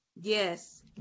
Yes